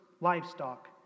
livestock